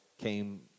came